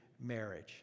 marriage